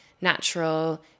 natural